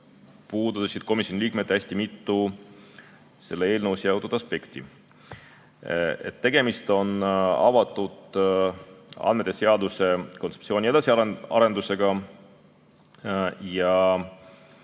puudutasid komisjoni liikmed hästi mitut selle eelnõuga seotud aspekti. Tegemist on avatud andmete seaduse kontseptsiooni edasiarendusega ja